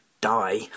die